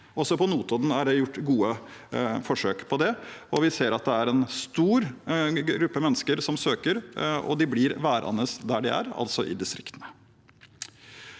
på Notodden er det gjort gode forsøk på det, og vi ser at det er en stor gruppe mennesker som søker, og de blir værende der de er – altså i distriktene.